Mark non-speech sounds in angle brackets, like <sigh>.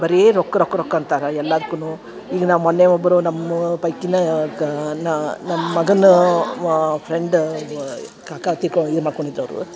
ಬರಿ ರೊಕ್ಕ ರೊಕ್ಕ ರೊಕ್ಕ ಅಂತಾರೆ ಎಲ್ಲಾದ್ಕುನು ಈಗ ನಾ ಮೊನ್ನೆ ಒಬ್ಬರು ನಮ್ಮ ಪೈಕಿನಾಗ ನಮ್ಮ ಮಗನ್ನು ವಾ ಫ್ರೆಂಡ್ ವ <unintelligible> ಇದು ಮಾಡ್ಕೊಂಡಿದ್ದವರು